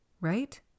right